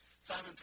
Simon